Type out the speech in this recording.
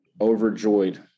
overjoyed